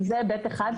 זה היבט אחד.